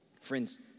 Friends